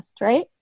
right